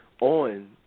on